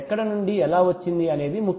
ఎక్కడ నుండి ఎలా వచ్చింది అనేది ముఖ్యం